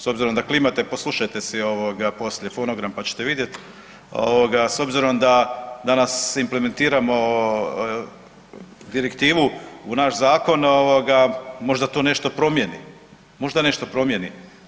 S obzirom da klimate poslušajte si poslije fonogram pa ćete vidjet, ovoga s obzirom da danas implementiramo direktivu u naš zakon ovoga možda to nešto promijeni, možda nešto promijeni.